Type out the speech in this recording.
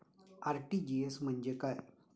RTGS म्हणजे काय?